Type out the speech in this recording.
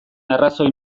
arrazoi